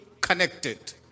connected